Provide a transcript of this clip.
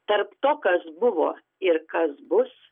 tarp to kas buvo ir kas bus